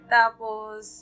tapos